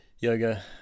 yoga